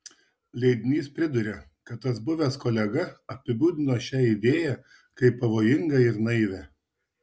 leidinys priduria kad tas buvęs kolega apibūdino šią idėją kaip pavojingą ir naivią